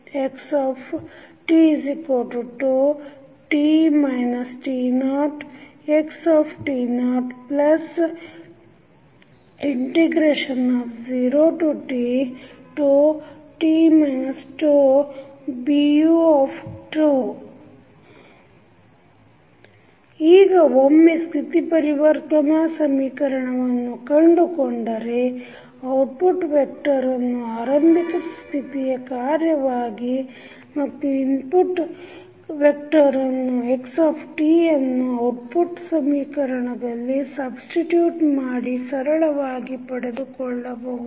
xφt t0xt00tt τBudτt≥t0 ಈಗ ಒಮ್ಮೆ ಸ್ಥಿತಿ ಪರಿವರ್ತನಾ ಸಮೀಕರಣವನ್ನು ಕಂಡುಕೊಂಡರೆ ಔಟ್ಪುಟ್ ವೆಕ್ಟರನ್ನು ಆರಂಭಿಕ ಸ್ಥಿತಿಯ ಕಾರ್ಯವಾಗಿ ಮತ್ತು ಇನ್ಪುಟ್ ವೆಕ್ಟರನ್ನು xಯನ್ನು ಔಟ್ಪುಟ್ ಸಮೀಕರಣದಲ್ಲಿ substitute ಮಾಡಿ ಸರಳವಾಗಿ ಪಡೆದುಕೊಳ್ಳಬಹುದು